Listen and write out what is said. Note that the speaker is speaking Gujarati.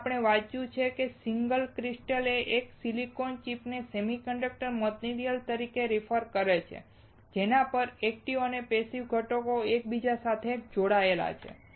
અહીં આપણે વાંચ્યું છે કે સિંગલ ક્રિસ્ટલ એ એક જ સિલિકોન ચિપને સેમિકન્ડક્ટર મટીરીયલ તરીકે રીફર કરે છે જેના પર પેસિવ અને એક્ટિવ ઘટકો એકબીજા સાથે જોડાયેલા છે